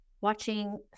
watching